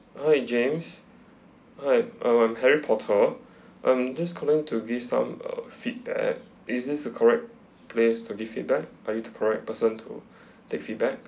hi james hi um I'm harry potter I am just calling to give some uh feedback is this the correct place to give feedback are you the correct person to take feedback